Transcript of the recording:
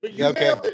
okay